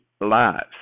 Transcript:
lives